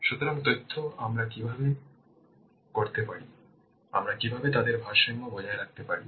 সুতরাং তথ্য আমরা কীভাবে করতে পারি আমরা কীভাবে তাদের ভারসাম্য বজায় রাখতে পারি